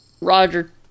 Roger